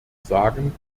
sagen